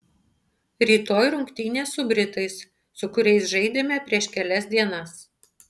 rytoj rungtynės su britais su kuriais žaidėme prieš kelias dienas